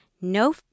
no